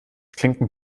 klinken